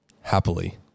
Happily